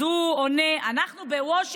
אז הוא עונה: אנחנו בוושינגטון,